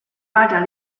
发展